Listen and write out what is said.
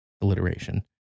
Alliteration